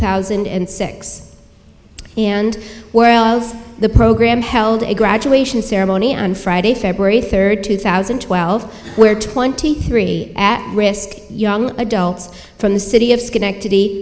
thousand and six and wells the program held a graduation ceremony on friday february third two thousand and twelve where twenty three risk young adults from the city of schenectady